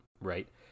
right